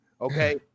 Okay